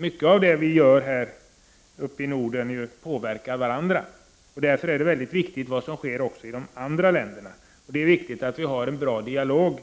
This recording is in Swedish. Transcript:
Mycket av det vi gör påverkar ju de andra nordiska länderna. Därför är det viktigt vad som sker i de andra länderna. Det är viktigt att vi har en bra dialog